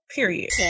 Period